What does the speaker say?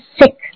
sick